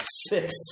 Six